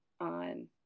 on